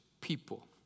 people